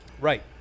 Right